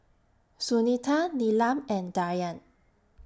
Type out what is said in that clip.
Sunita Neelam and Dhyan